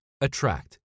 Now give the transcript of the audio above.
Attract